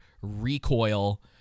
recoil